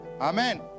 amen